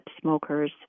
smokers